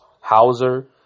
Hauser